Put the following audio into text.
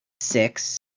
six